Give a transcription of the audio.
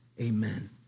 Amen